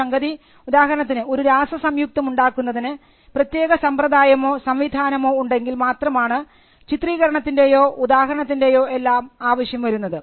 ഒരു സംഗതി ഉദാഹരണത്തിന് ഒരു രാസസംയുക്തം ഉണ്ടാക്കുന്നതിന് പ്രത്യേക സമ്പ്രദായമോ സംവിധാനമോ ഉണ്ടെങ്കിൽ മാത്രമാണ് ചിത്രീകരണത്തിൻറെേയോ ഉദാഹരണത്തിൻറെേയോ എല്ലാം ആവശ്യം വരുന്നത്